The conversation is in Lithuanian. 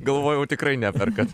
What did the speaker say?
galvojau tikrai neperkat